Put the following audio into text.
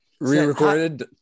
re-recorded